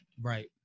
Right